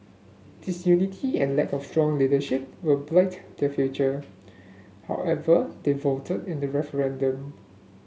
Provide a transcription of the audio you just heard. disunity and lack of strong leadership will blight their future however they voted in the referendum